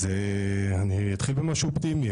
אז אתחיל במשהו אופטימי.